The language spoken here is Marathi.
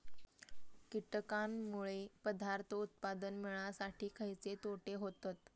कीटकांनमुळे पदार्थ उत्पादन मिळासाठी खयचे तोटे होतत?